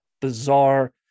bizarre